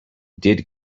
did